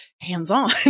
hands-on